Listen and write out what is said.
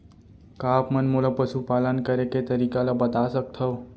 का आप मन मोला पशुपालन करे के तरीका ल बता सकथव?